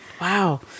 Wow